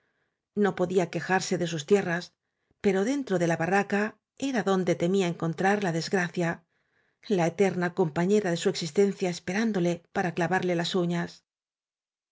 no podía quejarse de sus tierras pero dentro de la barraca era donde temía encontrar la desgracia la eterna compañera de su existen cia esperándole para clavarle las uñas